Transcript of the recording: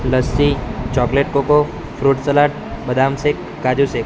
lassi chocolate cocoa fruit salad બદામ shake કાજુ શેક